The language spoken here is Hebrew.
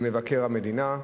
למבקר המדינה,